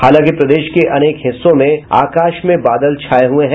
हालांकि प्रदेश के अनेक हिस्सों में आकाश में बादल छाये हुए हैं